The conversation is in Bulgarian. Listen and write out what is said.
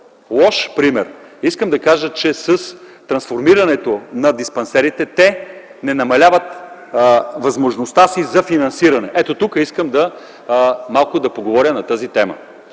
лош пример. С трансформирането на диспансерите те не намаляват възможността си за финансиране. Тук искам малко да поговоря на тази тема.